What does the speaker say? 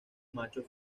macho